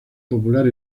popular